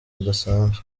budasanzwe